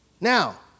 Now